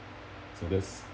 so that's